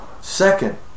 Second